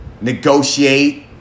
negotiate